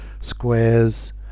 squares